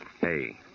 Hey